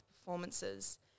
performances